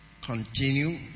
continue